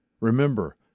Remember